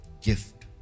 gift